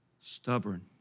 stubborn